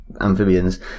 amphibians